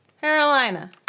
Carolina